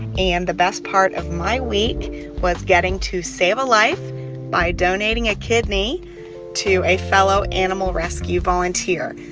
and the best part of my week was getting to save a life by donating a kidney to a fellow animal rescue volunteer.